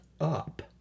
up